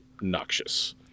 noxious